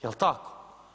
Jel' tako?